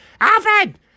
Alfred